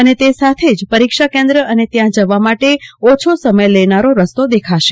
અને તે સાથે જ પરીક્ષા કેન્દ્વ અને ત્યાં જવા માટે ઓછો સમય લેનારો રસ્તો દેખાશે